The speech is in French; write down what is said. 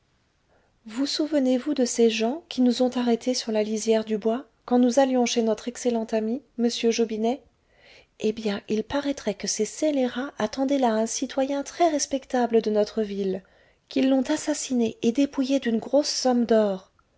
vous souvenez-vous de ces gens qui nous ont arrêtés sur la lisière du bois quand nous allions chez notre excellent ami monsieur jobinet eh bien il paraîtrait que ces scélérats attendaient là un citoyen très-respectable de notre ville qu'ils l'ont assassine et dépouillé d'une grosse somme d'or